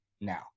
now